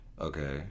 Okay